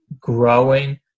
growing